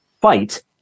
fight